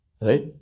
Right